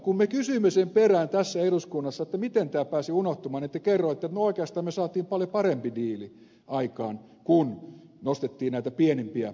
kun me kysyimme sen perään tässä eduskunnassa miten tämä pääsi unohtumaan te kerroitte että no oikeastaan me saimme paljon paremman diilin aikaan kun nostettiin näitä pienimpiä äitiyspäivärahoja